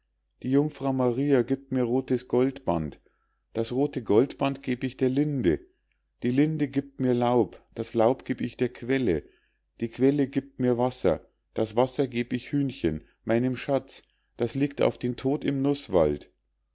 die jungfrau maria giebt mir rothes goldband das rothe goldband geb ich der linde die linde giebt mir laub das laub geb ich der quelle die quelle giebt mir wasser das wasser geb ich hühnchen meinem schatz das liegt auf den tod im nußwald